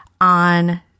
on